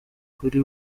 kuri